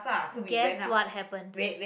guess what happened